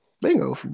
bingo